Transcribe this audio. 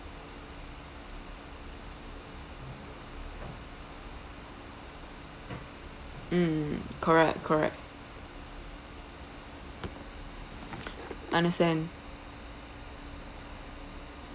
mm correct correct understand